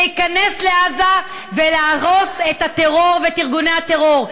להיכנס לעזה ולהרוס את הטרור ואת ארגוני הטרור,